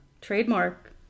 Trademark